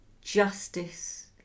justice